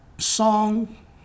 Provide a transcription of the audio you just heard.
Song